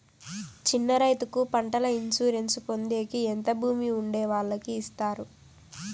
చిన్న రైతుకు పంటల ఇన్సూరెన్సు పొందేకి ఎంత భూమి ఉండే వాళ్ళకి ఇస్తారు?